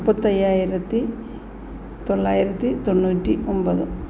മുപ്പത്തി അയ്യായിരത്തി തൊള്ളായിരത്തി തൊണ്ണൂറ്റി ഒമ്പത്